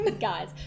guys